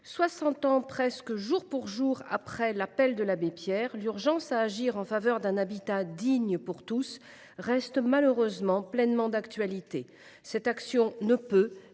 ans presque jour pour jour après l’appel de l’abbé Pierre, l’urgence à agir en faveur d’un habitat digne pour tous reste, malheureusement, pleinement d’actualité. Cette action ne peut